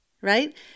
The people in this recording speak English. right